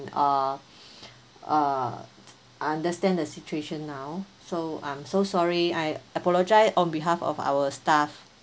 uh uh understand the situation now so I'm so sorry I apologise on behalf of our staff